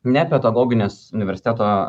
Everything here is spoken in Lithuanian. nepedagogines universiteto